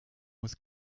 muss